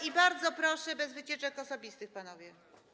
I bardzo proszę, bez wycieczek osobistych, panowie.